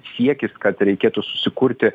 siekis kad reikėtų susikurti